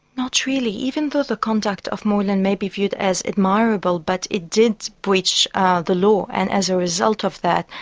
not really. even though the conduct of moylan may be viewed as admirable, but it did breach the law, and as a result of that